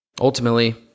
Ultimately